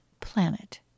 planet